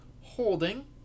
holding